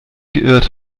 geirrt